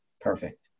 Perfect